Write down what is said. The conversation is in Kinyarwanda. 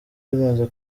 zimaze